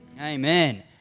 amen